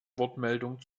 wortmeldung